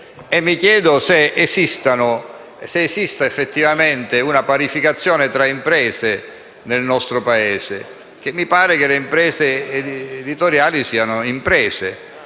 Mi chiedo se esista effettivamente una parificazione tra imprese nel nostro Paese e mi pare che le imprese editoriali siano imprese.